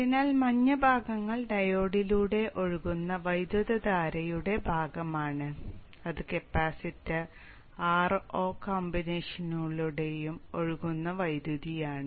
അതിനാൽ മഞ്ഞ ഭാഗങ്ങൾ ഡയോഡിലൂടെ ഒഴുകുന്ന വൈദ്യുതധാരയുടെ ഭാഗമാണ് അതിനാൽ അത് കപ്പാസിറ്റർ Ro കോമ്പിനേഷനിലൂടെയും ഒഴുകുന്ന വൈദ്യുതിയാണ്